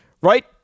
Right